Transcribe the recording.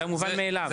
אז המובן מאליו.